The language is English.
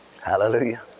Hallelujah